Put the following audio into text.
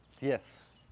Yes